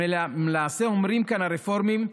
למעשה אומרים כאן הרפורמים: